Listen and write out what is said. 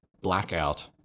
blackout